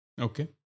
Okay